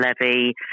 levy